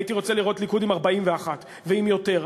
הייתי רוצה לראות ליכוד עם 41 ועם יותר.